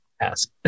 ask